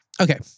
Okay